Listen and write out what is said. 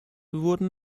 wurden